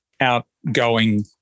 outgoing